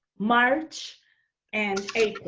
march and april.